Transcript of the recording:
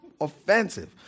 offensive